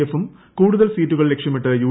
എഫും കൂടുതൽ സീറ്റുകൾ ലക്ഷ്യമിട്ട് യു